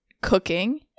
cooking